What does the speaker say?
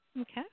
Okay